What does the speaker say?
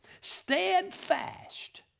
steadfast